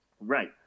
right